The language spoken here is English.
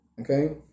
okay